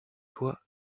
toi